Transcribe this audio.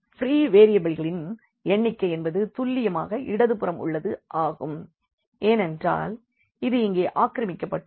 free வேரியபிள்களின் எண்ணிக்கை என்பது துல்லியமாக இடதுபுறம் உள்ளது ஆகும் ஏனென்றால் இது இங்கே ஆக்கிரமிக்கப்பட்டுள்ளது